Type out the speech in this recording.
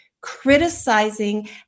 criticizing